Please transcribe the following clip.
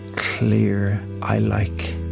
clear i like.